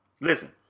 Listen